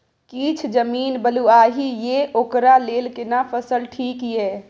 किछ जमीन बलुआही ये ओकरा लेल केना फसल ठीक ये?